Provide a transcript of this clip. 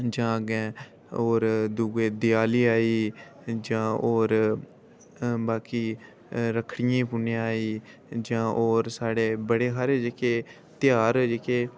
जां अग्गें होर दूए देआली आई जां होर बाकी रक्खड़ियै ईं पु'न्नेआं आई जां होर साढ़े बड़े हारे जेह्के ध्यार जेह्के